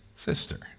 sister